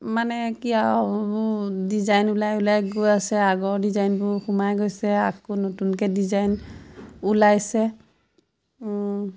মানে কি আউ ডিজাইন ওলাই ওলাই গৈ আছে আগৰ ডিজাইনবোৰ সোমাই গৈছে আকৌ নতুনকে ডিজাইন ওলাইছে